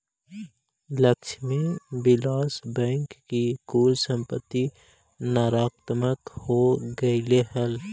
Lakshmi Vilas bank की कुल संपत्ति नकारात्मक हो गेलइ हल